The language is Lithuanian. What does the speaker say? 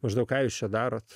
už to ką jūs čia darote